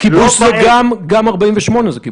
זה מזכיר